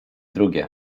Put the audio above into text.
drugie